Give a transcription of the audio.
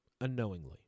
unknowingly